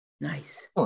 nice